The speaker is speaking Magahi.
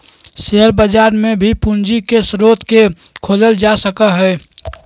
शेयर बजरवा में भी पूंजी के स्रोत के खोजल जा सका हई